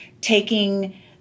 taking